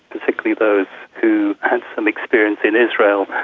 particularly those who had some experience in israel,